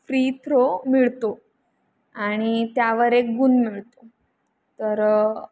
free throw मिळतो आणि त्यावर एक गुण मिळतो तर